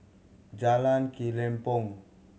Jalan Kelempong